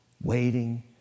waiting